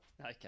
okay